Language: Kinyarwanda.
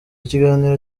kiganiro